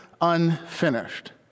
unfinished